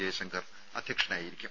ജയശങ്കർ അധ്യക്ഷനായിരിക്കും